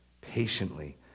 Patiently